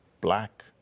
black